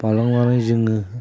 बारलांनानै जोङो